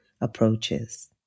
approaches